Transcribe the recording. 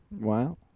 Wow